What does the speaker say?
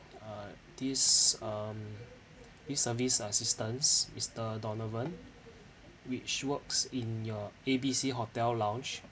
uh this um this service assistance mister donovan which works in your A B C hotel lounge